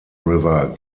river